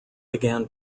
began